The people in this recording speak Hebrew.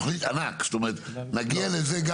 זאת תוכנית ענקית, אנחנו נגיע לזה.